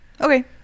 Okay